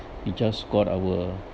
we just got our